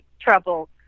trouble